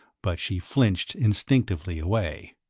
but she flinched instinctively away.